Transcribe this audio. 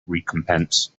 recompense